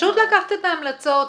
פשוט לקחת את ההמלצות,